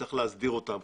שצריך להסדיר אותן.